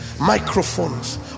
microphones